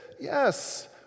yes